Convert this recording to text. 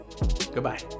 goodbye